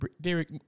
Derek